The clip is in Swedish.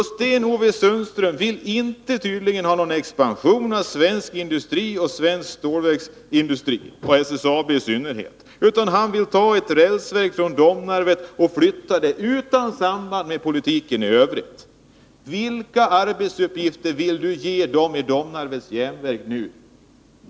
Sten-Ove Sundström vill tydligen inte ha någon expansion av svensk industri, av svensk stålverksindustri —i synnerhet inte när det gäller SSAB. I stället vill han flytta rälsverket från Domnarvet, utan samband med politiken i övrigt. Vilka arbetsuppgifter kan Sten-Ove Sundström föreslå de anställda vid Domnarvets Järnverk?